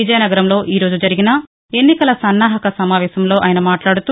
విజయనగరంలో ఈ రోజు జరిగిన ఎన్నికల సన్నాహక సమావేశంలో ఆయన మాట్లాడుతూ